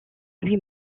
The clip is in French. lui